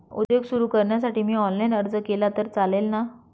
उद्योग सुरु करण्यासाठी मी ऑनलाईन अर्ज केला तर चालेल ना?